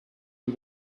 you